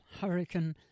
hurricane